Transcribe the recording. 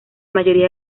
mayoría